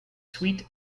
sweet